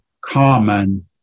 common